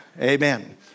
Amen